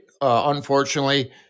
Unfortunately